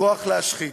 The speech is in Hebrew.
כוח להשחית,